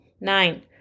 Nine